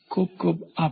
ખુબ ખુબ આભાર